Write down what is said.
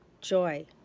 joy